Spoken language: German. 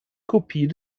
kopie